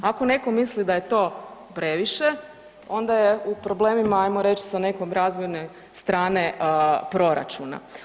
Ako netko misli da je to previše, onda je u problemima, ajmo reći sa nekom razmjerne strane proračuna.